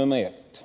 1.